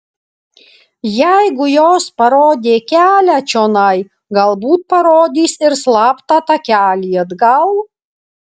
jeigu jos parodė kelią čionai galbūt parodys ir slaptą takelį atgal